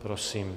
Prosím.